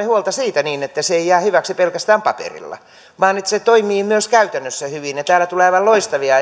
huolta siitä että se ei jää hyväksi pelkästään paperilla vaan että se toimii myös käytännössä hyvin täällä tulee aivan loistavia